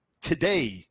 today